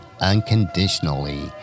unconditionally